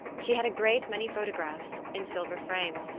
she had a great many photographs, in silver frames,